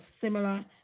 similar